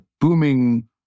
booming